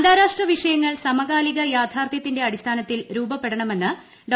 അന്താരാഷ്ട്ര വിഷയങ്ങൾ സമകാലിക യാഥാർത്ഥൃത്തിന്റെ അടിസ്ഥാനത്തിൽ രൂപപ്പെടണമെന്ന് ഡോ